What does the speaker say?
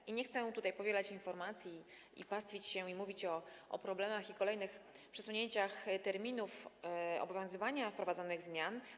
I nie chcę tutaj powielać informacji i pastwić się, i mówić o problemach i kolejnych przesunięciach terminów obowiązywania wprowadzanych zmian.